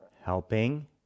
Helping